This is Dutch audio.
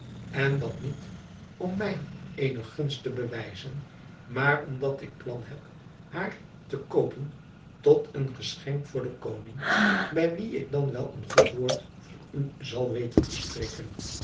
en dat niet om mij eene gunst te bewijzen maar omdat ik plan heb haar te koopen tot een geschenk voor den koning bij wien ik dan wel een goed woord voor u zal weten te spreken